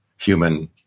human